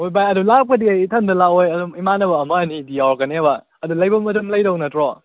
ꯍꯣꯏ ꯚꯥꯏ ꯑꯗꯨ ꯂꯥꯛꯄꯗꯤ ꯑꯩ ꯏꯊꯟꯇ ꯂꯥꯛꯑꯣꯏ ꯑꯗꯨꯝ ꯏꯃꯥꯟꯅꯕ ꯑꯃ ꯑꯅꯤꯗꯤ ꯌꯥꯎꯔꯛꯀꯅꯦꯕ ꯑꯗꯨ ꯂꯩꯐꯝ ꯑꯗꯨꯝ ꯂꯩꯗꯧ ꯅꯠꯇ꯭ꯔꯣ